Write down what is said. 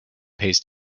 pays